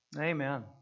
Amen